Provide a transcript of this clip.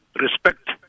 respect